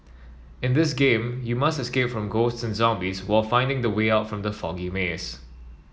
in this game you must escape from ghosts and zombies while finding the way out from the foggy maze